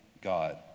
God